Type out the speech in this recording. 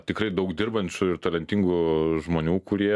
tikrai daug dirbančių ir talentingų žmonių kurie